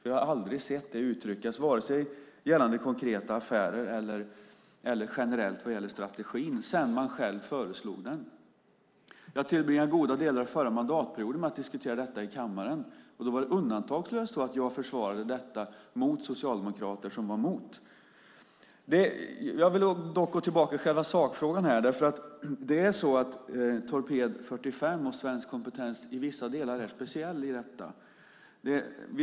Jag har aldrig sett detta uttryckas, vare sig gällande konkreta affärer eller generellt vad gäller strategin sedan man själva föreslog den. Jag tillbringade goda delar av förra mandatperioden med att diskutera detta i kammaren. Då var det undantagslöst så att jag försvarade detta mot socialdemokrater som var mot. Jag vill dock gå tillbaka i själva sakfrågan. Torped 45 och svensk kompetens i vissa delar är speciella i detta sammanhang.